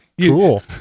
Cool